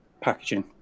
packaging